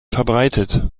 verbreitet